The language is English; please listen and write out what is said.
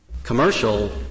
commercial